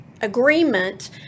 agreement